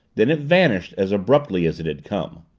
then it vanished as abruptly as it had come.